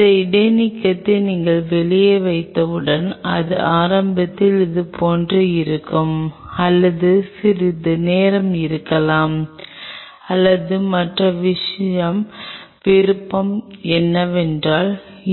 இந்த இடைநீக்கத்தை நீங்கள் வெளியே வைத்தவுடன் அது ஆரம்பத்தில் இதுபோன்றே இருக்கும் அல்லது சிறிது நேரம் இருக்கலாம் அல்லது மற்ற விருப்பம் என்னவென்றால்